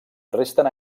resten